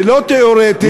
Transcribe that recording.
ולא תיאורטית,